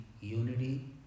unity